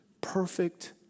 perfect